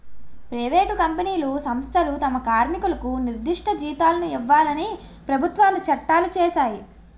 private కంపెనీలు సంస్థలు తమ కార్మికులకు నిర్దిష్ట జీతాలను ఇవ్వాలని ప్రభుత్వాలు చట్టాలు చేశాయి